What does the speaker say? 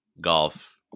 golf